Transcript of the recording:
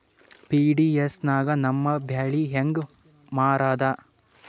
PDS ನಾಗ ನಮ್ಮ ಬ್ಯಾಳಿ ಹೆಂಗ ಮಾರದ?